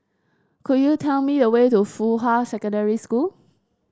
could you tell me the way to Fuhua Secondary School